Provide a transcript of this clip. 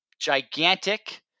gigantic